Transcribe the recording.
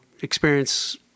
experience